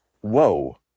whoa